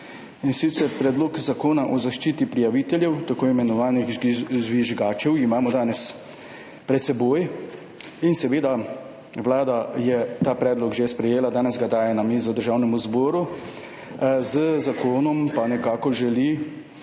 Predlog zakona o zaščiti prijaviteljev, tako imenovanih žvižgačev, imamo danes pred seboj. Vlada je ta predlog že sprejela, danes ga daje na mizo Državnemu zboru. Z zakonom pa nekako želi